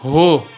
हो